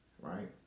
right